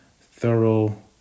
thorough